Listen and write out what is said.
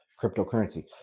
cryptocurrency